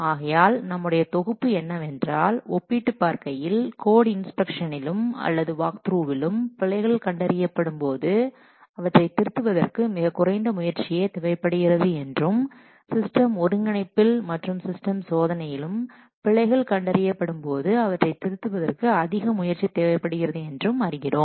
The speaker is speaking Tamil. ஆகையால் நம்முடைய தொகுப்பு என்னவென்றால் ஒப்பிட்டுப் பார்க்கையில் கோட் இன்ஸ்பெக்ஷனிலும் அல்லது வாக்த்ரூவிலும் பிழைகள் கண்டறியப்படும் போது அவற்றை திருத்துவதற்கு மிகக் குறைந்த முயற்சியே தேவைப்படுகிறது என்றும் சிஸ்டம் ஒருங்கிணைப்பில் மற்றும் சிஸ்டம் சோதனையிலும் பிழைகள் கண்டறியப்படும் போது அவற்றை திருத்துவதற்கு அதிக முயற்சி தேவைப்படுகிறது என்றும் அறிகிறோம்